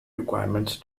requirements